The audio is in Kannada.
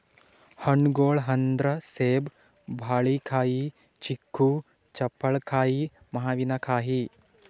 ಹಣ್ಣ್ಗೊಳ್ ಅಂದ್ರ ಸೇಬ್, ಬಾಳಿಕಾಯಿ, ಚಿಕ್ಕು, ಜಾಪಳ್ಕಾಯಿ, ಮಾವಿನಕಾಯಿ